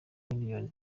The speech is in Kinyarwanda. miliyoni